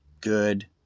good